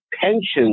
pensions